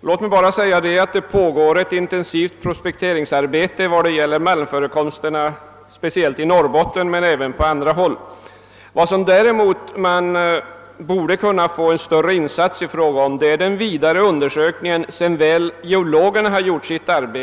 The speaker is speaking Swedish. Låt mig bara säga att det pågår ett intensivt prospekteringsarbete vad gäller malmförekomsterna speciellt i Norrbotten men även på andra håll. Däremot skulle man Önska en större insats när det gäller den vidare undersökningen sedan väl geologerna har gjort sitt arbete.